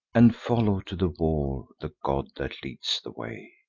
and follow to the war the god that leads the way.